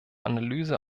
analyse